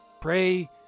Pray